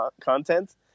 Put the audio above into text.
content